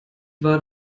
war